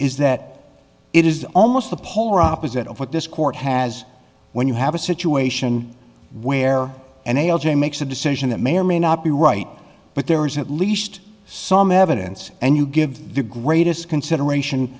is that it is almost the polar opposite of what this court has when you have a situation where an a l j makes a decision that may or may not be right but there is at least some evidence and you give the greatest consideration